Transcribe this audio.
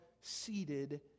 seated